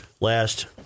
last